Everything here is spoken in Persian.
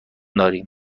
داریم